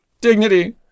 dignity